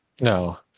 No